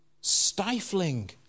stifling